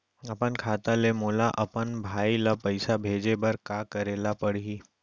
अपन खाता ले मोला अपन भाई ल पइसा भेजे बर का करे ल परही?